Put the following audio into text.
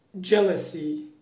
jealousy